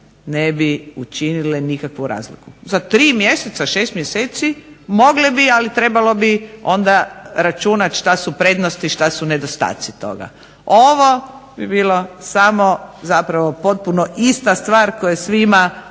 ne bi učinile nikakvu razliku. Za 3 mjeseca, 6 mjeseci mogle bi, ali trebalo bi onda računati što su prednosti, što su nedostaci toga. Ovo bi bilo samo zapravo potpuno ista stvar koja je svima